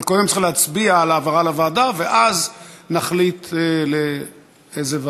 אבל קודם צריך להצביע על העברה לוועדה ואז נחליט לאיזו ועדה.